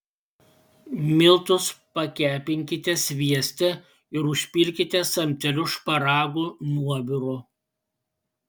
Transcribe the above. miltus pakepinkite svieste ir užpilkite samteliu šparagų nuoviru